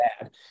bad